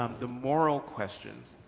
um the moral questions.